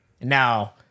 Now